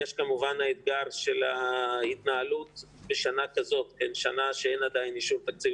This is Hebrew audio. הוא האתגר בהתנהלות בשנה כזאת שנה אין עדיין אישור תקציב